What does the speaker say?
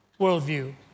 worldview